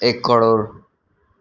एक करोड